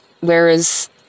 whereas